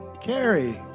Carrie